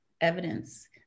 evidence